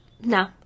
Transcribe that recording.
no